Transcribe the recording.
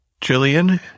Jillian